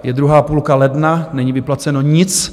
Je druhá půlka ledna, není vyplaceno nic.